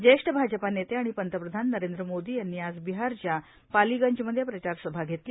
ज्येष्ठ भाजपा नेते आणि पंतप्रधान नरेंद्र मोदी यांनी आज बिहारच्या पालिगंजमध्ये प्रचारसभा घेतली